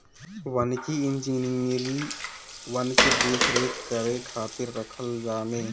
वानिकी इंजिनियर वन के देख रेख करे खातिर रखल जाने